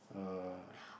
uh